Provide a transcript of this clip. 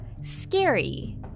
Scary